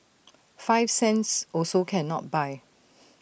five cents also cannot buy